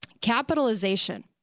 Capitalization